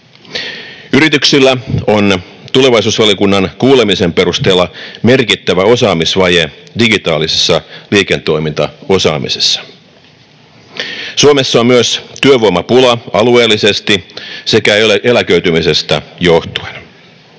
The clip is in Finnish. Yrityksillä on tulevaisuusvaliokunnan kuulemisen perusteella merkittävä osaamisvaje digitaalisessa liiketoimintaosaamisessa. Suomessa on myös työvoimapula alueellisesti sekä eläköitymisestä johtuen.